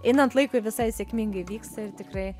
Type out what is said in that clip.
einant laikui visai sėkmingai vyksta ir tikrai